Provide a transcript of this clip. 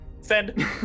Send